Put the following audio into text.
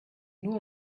nur